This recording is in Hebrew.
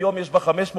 היום יש בה 500 משפחות.